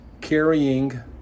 carrying